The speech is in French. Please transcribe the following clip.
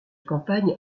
campagne